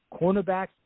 cornerbacks